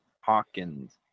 Hawkins